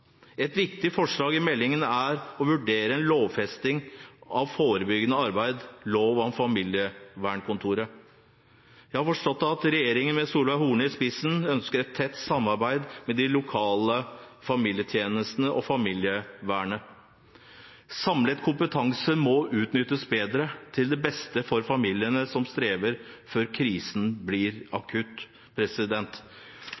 Et viktig forslag i meldingen er å vurdere en lovfesting av forebyggende arbeid i lov om familievernkontorer. Jeg har forstått at regjeringen, med Solveig Horne i spissen, ønsker et tett samarbeid med de lokale familietjenestene og familievernet. Samlet kompetanse må utnyttes bedre, til det beste for familiene som strever – før krisen blir